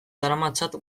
daramatzat